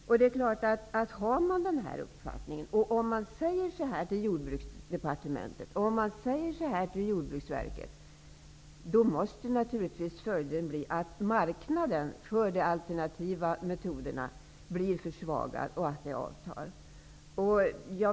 Om man har den uppfattningen och om man säger det till Jordbruksdepartementet och till Jordbruksverket, är följden självfallet att marknaden för de alternativa metoderna blir försvagad och avtar.